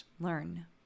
learn